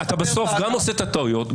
אתה בסוף גם עושה את הטעויות,